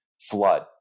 flood